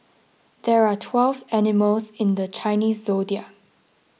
there are twelve animals in the Chinese zodiac